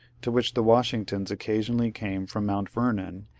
to which the washingtons occasionally came from mount vernon,